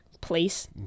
place